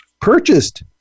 purchased